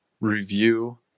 review